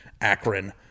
Akron